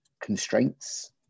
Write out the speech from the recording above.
constraints